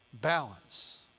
Balance